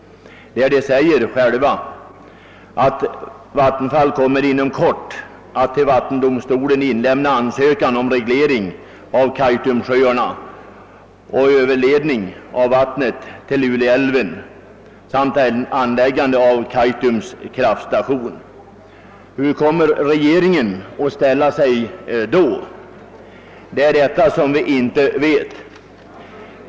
I skrivelsen anförs att vattenfallsverket inom kort kommer att till vattendomstolen inlämna ansökan om reglering av Kaitumsjöarna och överledning av vattnet till Luleälven samt anläggande av Kaitums kraftstation. Hur kommer regeringen att ställa sig då? Det är detta som vi inte vet.